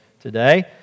today